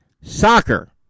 soccer